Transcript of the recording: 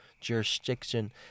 jurisdiction